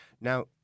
Now